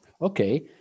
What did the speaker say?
okay